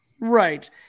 right